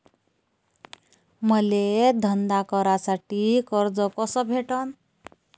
मले धंदा करासाठी कर्ज कस भेटन?